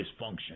dysfunction